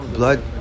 Blood